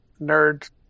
nerd